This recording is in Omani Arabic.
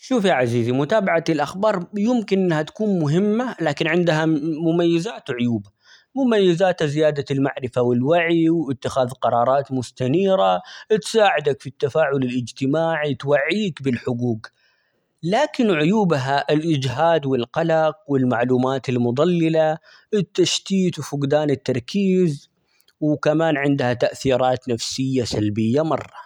شوف يا عزيزي متابعة الأخبار يمكن إنها تكون مهمة لكن عندها -مم- مميزات ،وعيوب، مميزاتها زيادة المعرفة ، والوعي، وإتخاذ قرارات مستنيرة، تساعدك في التفاعل الاجتماعي ،توعيك بالحقوق، لكن عيوبها الإجهاد والقلق والمعلومات المضللة، التشتيت ،وفقدان التركيز ،وكمان عندها تأثيرات نفسية سلبية مرة.